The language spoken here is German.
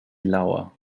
lauer